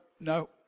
no